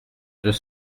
deux